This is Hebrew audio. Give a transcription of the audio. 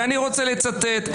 ואני רוצה לצטט: